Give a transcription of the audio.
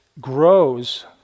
grows